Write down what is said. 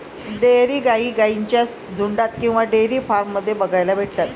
dairy गाई गाईंच्या झुन्डात किंवा डेयरी फार्म मध्ये बघायला भेटतात